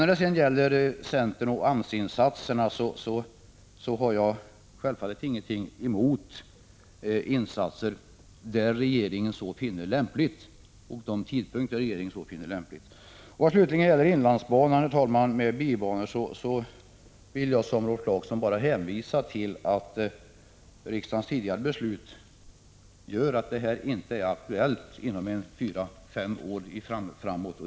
När det gäller centern och AMS-insatserna har jag självfallet ingenting emot insatser där regeringen så finner lämpligt och vid de tidpunkter regeringen finner lämpliga. Vad slutligen gäller inlandsbanan med bibanor vill jag liksom Rolf Clarkson bara hänvisa till att riksdagens tidigare beslut gör att detta inte är aktuellt inom fyra fem år.